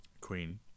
queen